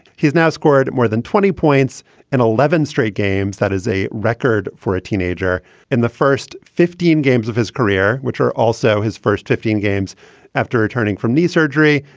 he's now scored more than twenty points and eleven straight games. that is a record for a teenager in the first fifteen games of his career, which are also his first fifteen games after returning from knee surgery.